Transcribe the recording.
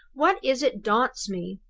what is it daunts me?